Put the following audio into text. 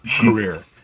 career